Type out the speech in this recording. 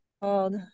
called